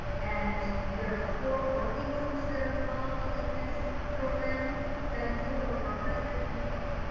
and there are four working groups that are involved in this program that include over a hundred people.